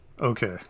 okay